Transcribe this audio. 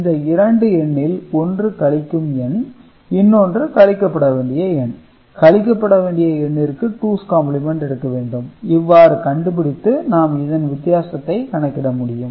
இந்த இரண்டு எண்ணில் ஒன்று கழிக்கும் எண் இன்னொன்று கழிக்கப்பட வேண்டிய எண் கழிக்கப்பட வேண்டிய எண்ணிற்கு டூஸ் காம்ப்ளிமென்ட் எடுக்கவேண்டும் இவ்வாறு கண்டுபிடித்து நாம் இதன் வித்தியாசத்தை கணக்கிட முடியும்